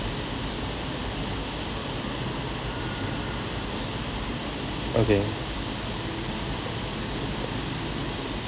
okay